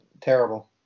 terrible